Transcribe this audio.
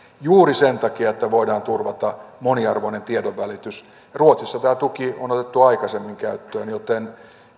juuri sen takia että voidaan turvata moniarvoinen tiedonvälitys ruotsissa tämä tuki on otettu aikaisemmin käyttöön joten